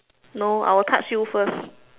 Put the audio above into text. no I will touch you first